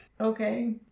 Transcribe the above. Okay